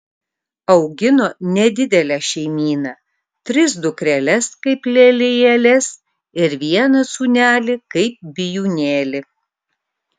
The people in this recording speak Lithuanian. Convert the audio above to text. augino nedidelę šeimyną tris dukreles kaip lelijėles ir vieną sūnelį kaip bijūnėlį